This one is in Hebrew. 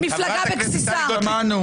צייצנית.